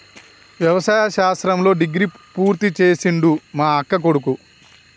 వ్యవసాయ శాస్త్రంలో డిగ్రీ పూర్తి చేసిండు మా అక్కకొడుకు